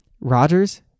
Rodgers